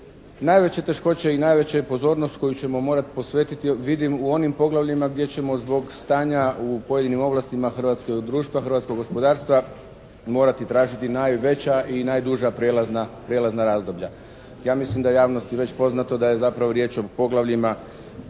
Najveće teškoće i najveću pozornost koju ćemo morati posvetiti vidim u onim poglavljima gdje ćemo zbog stanja u pojedinim ovlastima hrvatskog društva, hrvatskog gospodarstva morati tražiti najveća i najduža prijelazna razdoblja. Ja mislim da je javnosti već poznato da je zapravo riječ o poglavljima